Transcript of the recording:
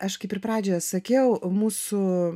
aš kaip ir pradžioje sakiau mūsų